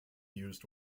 used